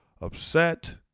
upset